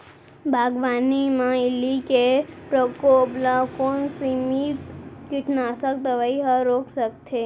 बागवानी म इल्ली के प्रकोप ल कोन सीमित कीटनाशक दवई ह रोक सकथे?